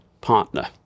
partner